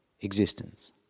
existence